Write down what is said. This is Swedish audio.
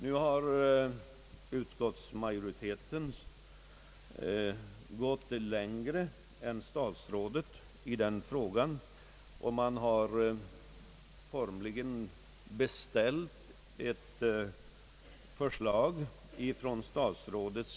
Nu har utskottsmajoriteten gått längre än statsrådet i det fallet och formligen beställt ett förslag från statsrådet.